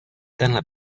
tenhle